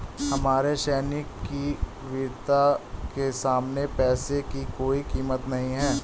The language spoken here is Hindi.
हमारे सैनिक की वीरता के सामने पैसे की कोई कीमत नही है